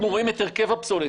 אנחנו רואים את הרכב הפסולת.